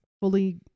fully